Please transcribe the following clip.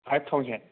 five thousand